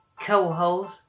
co-host